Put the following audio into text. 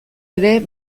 ere